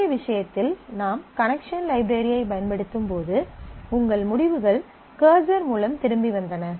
முந்தைய விஷயத்தில் நாம் கனெக்சன் லைப்ரரி ஐ பயன்படுத்தும்போது உங்கள் முடிவுகள் கர்சர் மூலம் திரும்பி வந்தன